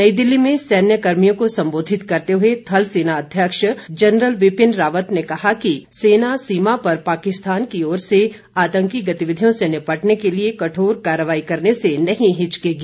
नई दिल्ली में सैन्यकर्मियों को संबोधित करते हुए थल सेनाध्यक्ष जनरल बिपिन रावत ने कहा कि सेना सीमा पर पाकिस्तान की ओर से आतंकी गतिविधियों से निपटने के लिए कठोर कार्रवाई करने से नहीं हिचकेगी